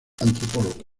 antropólogo